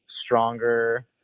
stronger